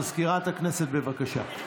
מזכירת הכנסת, בבקשה.